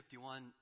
51